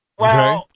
Okay